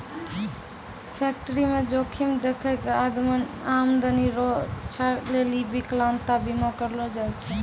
फैक्टरीमे जोखिम देखी कय आमदनी रो रक्षा लेली बिकलांता बीमा करलो जाय छै